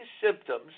symptoms